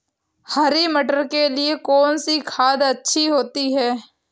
हरी मटर के लिए कौन सी खाद अच्छी होती है?